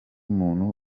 muntu